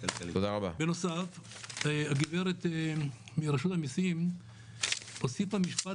בנוסף הגברת מרשות המיסים הוסיפה משפט